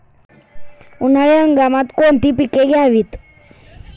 उन्हाळी हंगामात कोणती पिके घ्यावीत?